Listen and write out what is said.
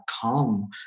come